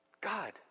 God